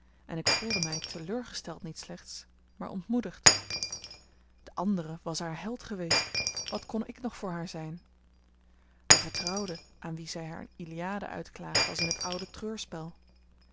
en ik voelde mij teleurgesteld niet slechts maar ontmoedigd de andere was haar held geweest wat kon ik nog voor haar zijn de vertrouwde aan wien zij haar iliade uitklaagde als in het oude